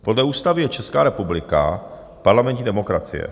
Podle ústavy je Česká republika parlamentní demokracie.